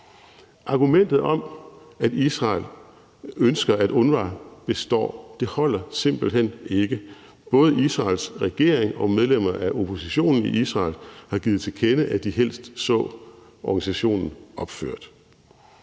Argumentet om, at Israel ønsker, at UNRWA består, holder simpelt hen ikke. Både Israels regering og medlemmer af oppositionen i Israel har givet til kende, at de helst så, at organisationen ophørte.